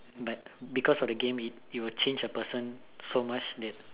but because of the game it will change a person so much that